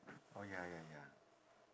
oh ya ya ya